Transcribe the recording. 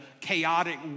chaotic